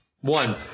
One